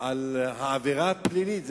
על העבירה הפלילית.